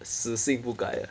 死性不改